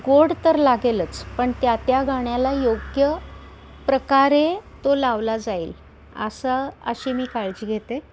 गोड तर लागेलच पण त्या त्या गाण्याला योग्य प्रकारे तो लावला जाईल असा अशी मी काळजी घेते